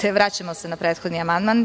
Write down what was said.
Znači, vraćamo se na prethodni amandman.